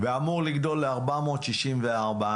ואמור לגדול ל-464 מיליארד.